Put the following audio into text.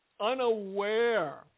unaware